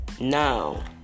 Now